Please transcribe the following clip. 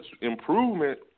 improvement